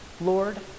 lord